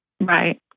Right